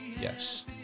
Yes